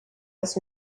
his